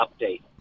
update